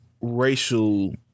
racial